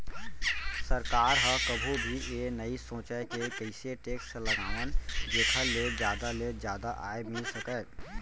सरकार ह कभू भी ए नइ सोचय के कइसे टेक्स लगावन जेखर ले जादा ले जादा आय मिल सकय